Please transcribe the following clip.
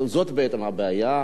זאת בעצם הבעיה.